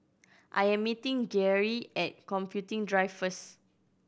I am meeting Geary at Computing Drive first